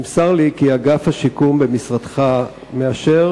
נמסר לי כי אגף השיקום במשרדך מאשר